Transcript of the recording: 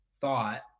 thought